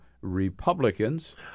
Republicans